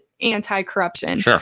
anti-corruption